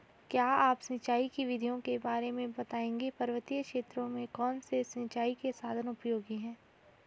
क्या आप सिंचाई की विधियों के बारे में बताएंगे पर्वतीय क्षेत्रों में कौन से सिंचाई के साधन उपयोगी हैं?